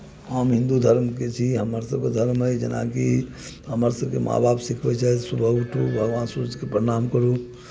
हम हिन्दू धर्मके छी हमरसभके धर्म अइ जेनाकि हमरसभके माँ बाप सिखबै छथि सुबह उठू भगवान सूर्यके प्रणाम करू